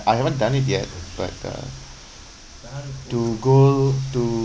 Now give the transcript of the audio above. I haven't done it yet but uh to go to